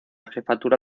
jefatura